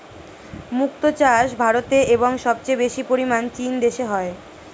মুক্ত চাষ ভারতে এবং সবচেয়ে বেশি পরিমাণ চীন দেশে হয়